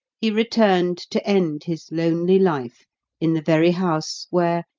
he returned to end his lonely life in the very house where,